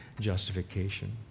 justification